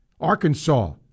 Arkansas